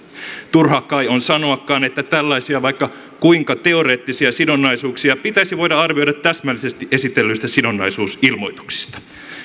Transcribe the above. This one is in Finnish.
turha kai on sanoakaan että tällaisia vaikka kuinka teoreettisia sidonnaisuuksia pitäisi voida arvioida täsmällisesti esitellyistä sidonnaisuusilmoituksista